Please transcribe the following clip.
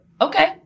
Okay